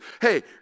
Hey